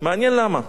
מעניין למה.